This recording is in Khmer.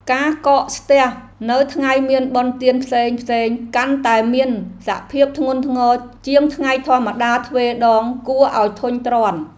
ការកកស្ទះនៅថ្ងៃមានបុណ្យទានផ្សេងៗកាន់តែមានសភាពធ្ងន់ធ្ងរជាងថ្ងៃធម្មតាទ្វេដងគួរឱ្យធុញទ្រាន់។